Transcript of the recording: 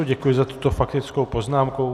Děkuji za tuto faktickou poznámku.